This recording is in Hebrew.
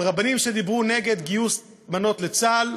על רבנים שדיברו נגד גיוס בנות לצה"ל,